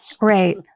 Right